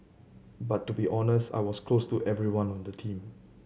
but to be honest I was close to everyone on the team